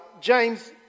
James